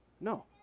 No